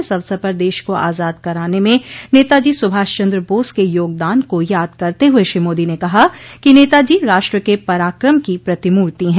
इस अवसर पर देश को आजाद कराने में नेताजी सुभाष चन्द्र बोस के योगदान को याद करते हुए श्री मोदी ने कहा कि नेताजी राष्ट्र के पराक्रम की प्रतिमूर्ति हैं